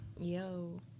Yo